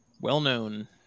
well-known